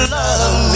love